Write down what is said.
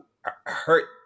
hurt